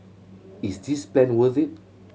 is this plan worth it